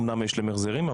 אומנם יש להם החזרים,